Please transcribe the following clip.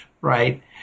right